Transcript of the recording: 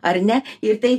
ar ne ir tai